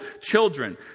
children